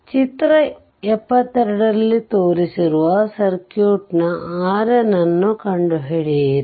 figure 72 ರಲ್ಲಿ ತೋರಿಸಿರುವ circuit ನ RN ಕಂಡು ಹಿಡಿಯಿರಿ